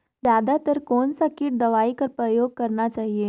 जादा तर कोन स किट दवाई कर प्रयोग करना चाही?